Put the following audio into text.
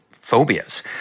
phobias